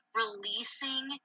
releasing